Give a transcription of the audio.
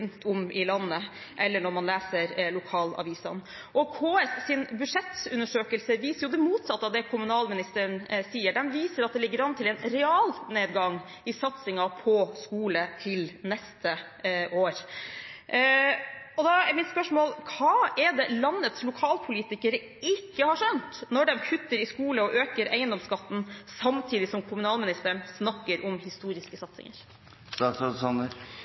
om i landet eller når man leser lokalavisene. KS’ budsjettundersøkelse viser det motsatte av det kommunalministeren sier. Den viser at det ligger an til en realnedgang i satsingen på skole til neste år. Da er mitt spørsmål: Hva er det landets lokalpolitikere ikke har skjønt når de kutter i skole og øker eiendomsskatten samtidig som kommunalministeren snakker om historiske